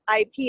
IP